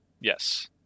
Yes